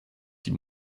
die